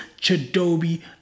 Chadobi